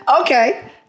Okay